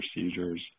procedures